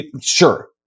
sure